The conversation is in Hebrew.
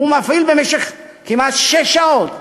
והוא מפעיל במשך כמעט שש שעות מכונה,